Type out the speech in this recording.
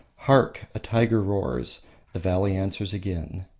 hark! a tiger roars the valley answers again.